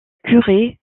curé